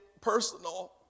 personal